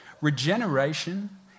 Regeneration